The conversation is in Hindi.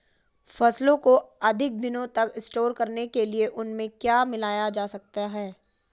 फसलों को अधिक दिनों तक स्टोर करने के लिए उनमें क्या मिलाया जा सकता है?